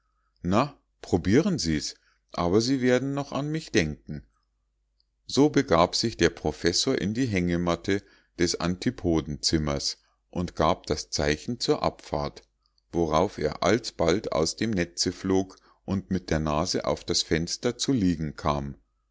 na probieren sie's aber sie werden noch an mich denken so begab sich der professor in die hängematte des antipodenzimmers und gab das zeichen zur abfahrt worauf er alsbald aus dem netze flog und mit der nase auf das fenster zu liegen kam